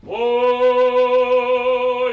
whoa